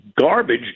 garbage